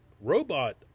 robot